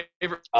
Favorite